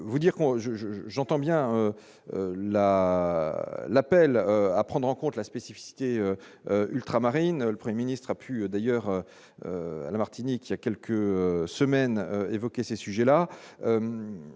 j'entends bien, là l'appel à prendre en compte la spécificité ultramarine le 1er ministre a pu d'ailleurs à la Martinique, il y a quelques semaines, évoquer ces sujets-là,